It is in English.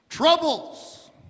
Troubles